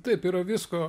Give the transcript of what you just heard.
taip yra visko